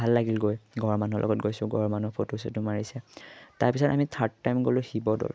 ভাল লাগিল গৈ ঘৰৰ মানুহৰ লগত গৈছোঁ ঘৰৰ মানুহে ফটো চটো মাৰিছে তাৰপিছত আমি থাৰ্ড টাইম গ'লোঁ শিৱদৌল